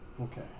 Okay